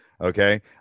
okay